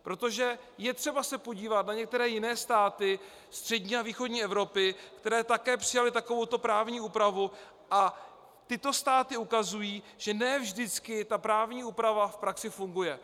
Protože je třeba se podívat na některé jiné státy střední a východní Evropy, které také přijaly takovouto právní úpravu, a tyto státy ukazují, že ne vždycky ta právní úprava v praxi funguje.